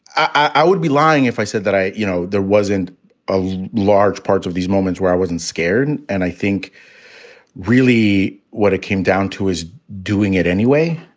i would be lying if i said that i you know, there wasn't of large parts of these moments where i wasn't scared. and and i think really what it came down to is doing it anyway.